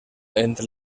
entre